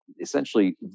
essentially